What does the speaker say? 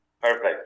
Perfect